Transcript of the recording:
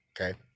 okay